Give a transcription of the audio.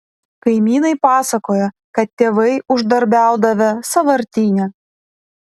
kaimynai pasakoja kad tėvai uždarbiaudavę sąvartyne